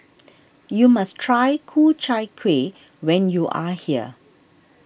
you must try Ku Chai Kuih when you are here